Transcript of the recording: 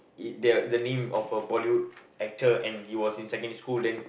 it the the name of a Bollywood actor and he was in secondary school then